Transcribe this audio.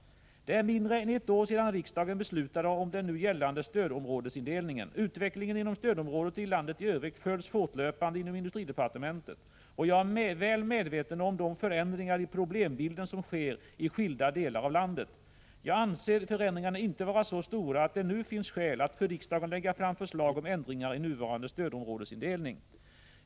Det är mindre än ett år sedan riksdagen beslutade om den nu gällande stödområdesindelningen. Utvecklingen inom stödområdet och landet i Övrigt följs fortlöpande inom industridepartementet och jag är väl medveten om de förändringar i problembilden som sker i skilda delar av landet. Jag anser förändringarna inte vara så stora att det nu finns skäl att för riksdagen lägga fram förslag om ändringar i nuvarande stödområdesindelning.